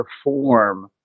perform